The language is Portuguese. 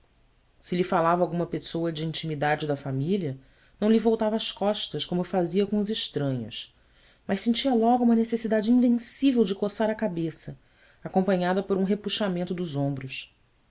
se lhe falava alguma pessoa de intimidade da família não lhe voltava as costas como fazia com os estranhos mas sentia logo uma necessidade invencível de coçar a cabeça acompanhada por um repuxamento dos ombros